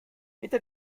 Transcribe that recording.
hinter